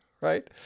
right